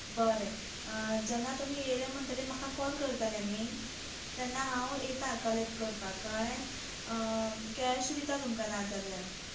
बरें जेन्ना तुमी येयले म्हणटरी म्हाका कॉल करतले न्ही तेन्ना हांव येता कलेक्ट करपाक कळ्ळें कॅश दिता तुमकां नाजाल्यार